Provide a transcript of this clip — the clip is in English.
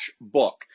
book